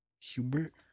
Hubert